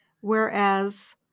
whereas